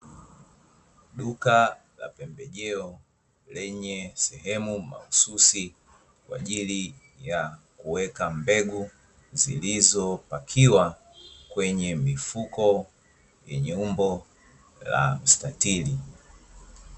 Duka la pembejeo lenye sehemu mahususi kwa ajili ya kuweka mbegu zilizo pakiwa kwenye mifuko yenye umbo la mstatiri.